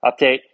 update